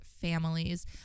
families